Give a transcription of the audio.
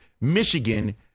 Michigan